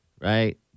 right